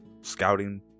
scouting